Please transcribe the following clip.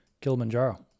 Kilimanjaro